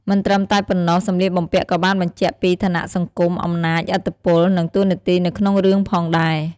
មិនត្រឹមតែប៉ុណ្ណោះ សម្លៀកបំពាក់ក៏បានបញ្ជាក់ពី ឋានៈសង្គម អំណាច ឥទ្ធិពល និងតួនាទីនៅក្នុងរឿងផងដែរ ។